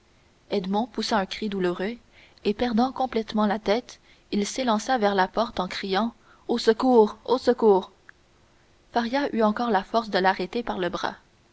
poussa un cri douloureux et perdant complètement la tête il s'élança vers la porte en criant au secours au secours faria eut encore la force de l'arrêter par le bras